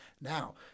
Now